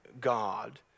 God